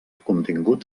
contingut